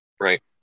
Right